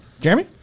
Jeremy